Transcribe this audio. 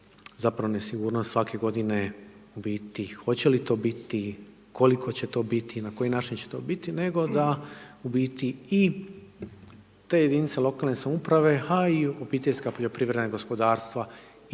zapravo nesigurnost svake godine biti, hoće li to biti, koliko će to biti i na koji način će to biti nego da u biti i te jedinice lokalne samouprave a i OPG-ovi i poduzetnici mogu jasno